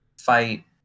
fight